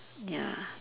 ya